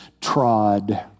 trod